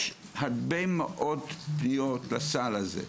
יש הרבה מאוד פניות לסל הזה,